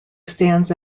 stands